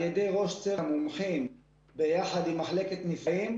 ידי ראש צוות המומחים ביחד עם מחלקת נפגעים,